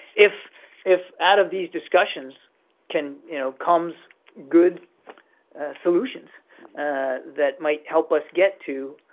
if if out of these discussions can you know comes good solutions that might help us get to